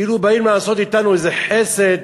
כאילו באים לעשות אתנו איזה חסד.